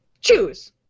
Choose